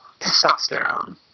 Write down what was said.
testosterone